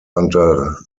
under